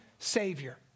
Savior